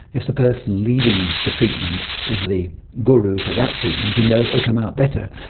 if the person leading the treatment is the guru for that treatment you know it will come out better.